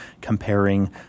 comparing